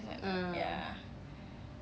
ah